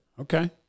Okay